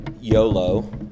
YOLO